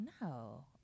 No